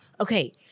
Okay